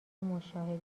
مشاهده